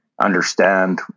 understand